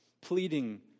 pleading